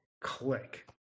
Click